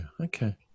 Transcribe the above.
okay